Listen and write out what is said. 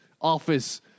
office